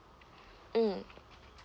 mm